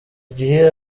gihe